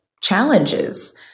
challenges